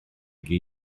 gei